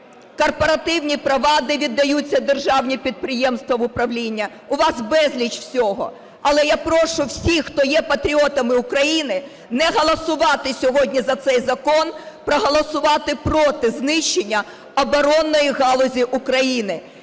корпоративні права, де віддаються державні підприємства в управління, у вас безліч всього. Але я прошу всіх, хто є патріотами України, не голосувати сьогодні за цей закон, проголосувати проти знищення оборонної галузі України